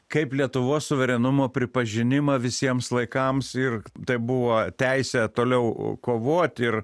kaip lietuvos suverenumo pripažinimą visiems laikams ir tai buvo teisė toliau kovot ir